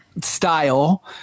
style